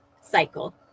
cycle